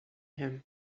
him